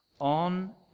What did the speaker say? on